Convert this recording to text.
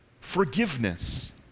forgiveness